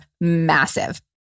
Massive